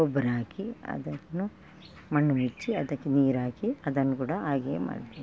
ಗೊಬ್ಬರ ಹಾಕಿ ಅದನ್ನು ಮಣ್ಣು ಮುಚ್ಚಿ ಅದಕ್ಕೆ ನೀರಾಕಿ ಅದನ್ನು ಕೂಡ ಹಾಗೇ ಮಾಡಬೇಕು